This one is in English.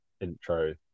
intro